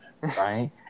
Right